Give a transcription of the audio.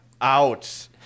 out